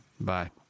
Bye